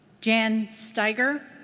jan stieger?